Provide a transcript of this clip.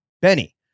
Benny